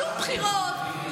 שום בחירות,